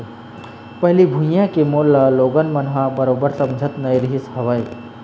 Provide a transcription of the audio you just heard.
पहिली भुइयां के मोल ल लोगन मन ह बरोबर समझत नइ रहिस हवय